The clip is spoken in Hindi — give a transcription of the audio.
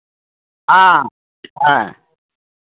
हाँ हाँ